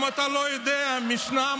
אם אתה לא יודע: משנה,